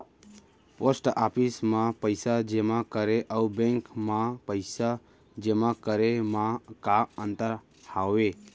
post office मा पइसा जेमा करे अऊ बैंक मा पइसा जेमा करे मा का अंतर हावे